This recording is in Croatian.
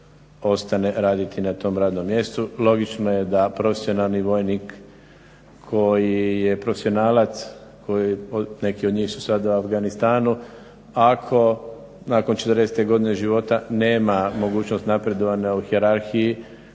ostane raditi na tom radnom mjestu. Logično je da profesionalni vojnik koji je profesionalac, neki od njih su sada u Afganistanu ako nakon 40.-te godine života nema mogućnost napredovanja u hijerarhiji